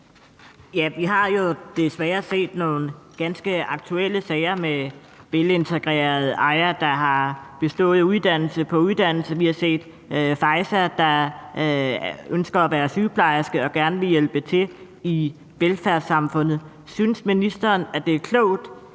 Vi har jo desværre set nogle ganske aktuelle sager som den med velintegrerede Aya, der har bestået uddannelse på uddannelse, og den med Faeza, der ønsker at være sygeplejerske og gerne vil hjælpe til i velfærdssamfundet. Synes ministeren, at det er klogt